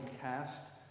cast